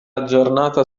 aggiornata